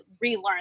relearn